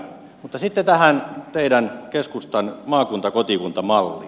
mutta sitten tähän teidän keskustan maakuntakotikunta malliin